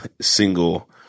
single